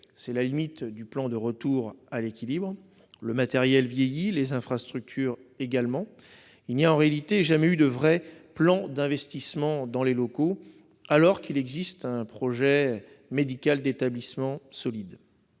C'est la limite du plan de retour à l'équilibre. Le matériel vieillit, les infrastructures également. Il n'y a jamais eu, en réalité, de véritable plan d'investissement dans les locaux, alors qu'il existe un projet médical d'établissement solide.